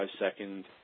second